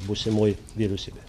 būsimoj vyriausybė